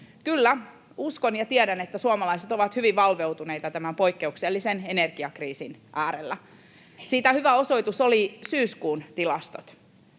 Kyllä, uskon ja tiedän, että suomalaiset ovat hyvin valveutuneita tämän poikkeuksellisen energiakriisin äärellä. Siitä hyvä osoitus olivat syyskuun tilastot.